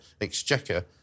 Exchequer